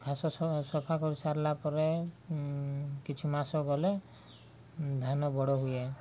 ଘାସ ସଫା କରିସାରିଲା ପରେ କିଛି ମାସ ଗଲେ ଧାନ ବଡ଼ ହୁଏ